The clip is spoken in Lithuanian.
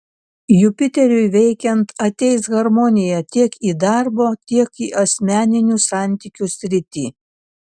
jupiteriui veikiant ateis harmonija tiek į darbo tiek į asmeninių santykių sritį